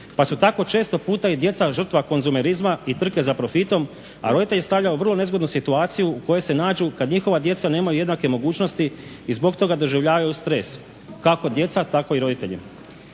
pa su tako često puta i djeca žrtve konzumerizma i trke za profitom, a roditelje stavlja u vrlo nezgodnu situaciju u kojoj se nađu kad njihova djeca nemaju jednake mogućnosti i zbog toga doživljavaju stres, kako djeca tako i roditelji.